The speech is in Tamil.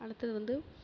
அடுத்தது வந்து